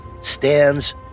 stands